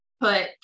Put